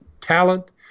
talent